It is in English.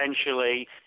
essentially